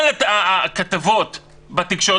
כל הכתבות בתקשורת,